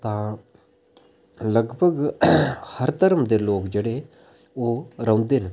तां लगभग हर धर्म दे लोक जेह्ड़े ओह् रौहंदे न